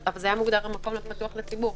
אבל זה היה מוגדר מקום פתוח לציבור.